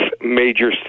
major